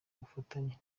bufatanye